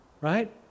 right